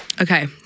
Okay